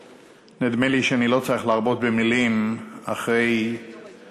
נדמה לי שאני לא צריך להרבות במילים אחרי שהכנסת